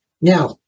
Now